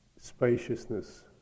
spaciousness